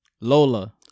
Lola